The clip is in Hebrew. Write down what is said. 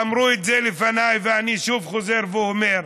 אמרו את זה לפניי, ואני שוב חוזר ואומר: